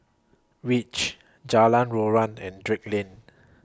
REACH Jalan Joran and Drake Lane